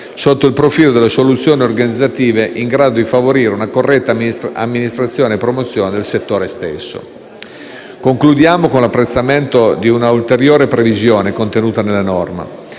sotto il profilo delle soluzioni organizzative in grado di favorire una corretta amministrazione e promozione del settore stesso. Concludiamo con l'apprezzamento di un'ulteriore previsione contenuta nella norma.